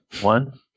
One